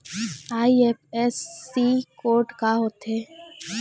IFSC code का होथे?